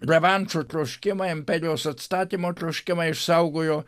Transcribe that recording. revanšo troškimą imperijos atstatymo troškimą išsaugojo